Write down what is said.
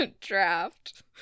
draft